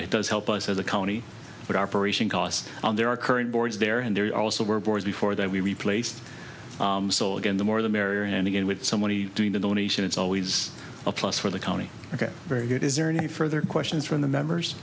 it does help us as a county but operation costs on there are current boards there and there also were boards before that we replaced so again the more the merrier and again with somebody doing the donation it's always a plus for the county ok very good is there any further questions from the members